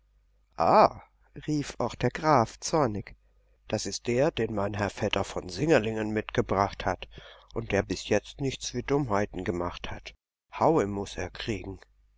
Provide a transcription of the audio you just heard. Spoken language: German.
ah rief auch der graf zornig das ist der den mein herr vetter von singerlingen mitgebracht hat und der bis jetzt nichts wie dummheiten gemacht hat haue muß er kriegen